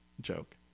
joke